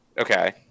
Okay